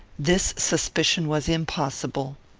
this suspicion was impossible.